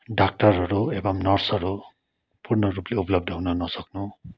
डाक्टरहरू एवम् नर्सहरू पूर्णरूपले उपलब्ध हुन नसक्नु